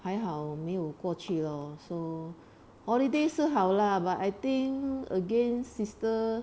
还好没有过去 lor so holiday 是好啦 but I think again sister